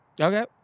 Okay